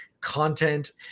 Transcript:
content